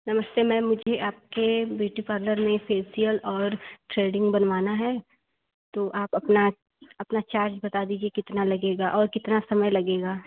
नमस्ते मैम मुझे आपके ब्यूटी पार्लर में फेसियल और थ्रेडिंग बनवाना है तो आप अपना अपना चार्ज बता दीजिए कितना लगेगा और कितना समय लगेगा